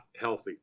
healthy